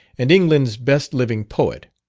and england's best living poet.